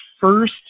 first